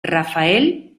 rafael